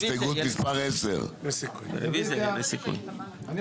הסתייגות מספר 10. רביזיה על ההסתייגות.